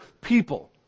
people